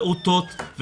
פעוטות,